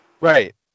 Right